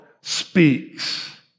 speaks